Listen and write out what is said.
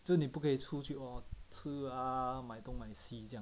so 你不可以出去 uh 吃 ah 买东买西这样